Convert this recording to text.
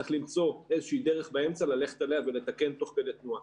צריך למצוא דרך באמצע ללכת אליה ולתקן תוך כדי תנועה.